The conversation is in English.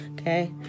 Okay